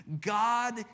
God